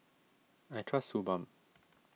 I trust Suu Balm